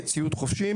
נושא נוסף, ציוד חובשים,